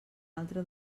altre